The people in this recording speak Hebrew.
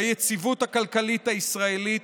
ביציבות הכלכלית הישראלית